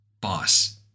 boss